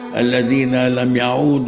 al-fadila um yeah ah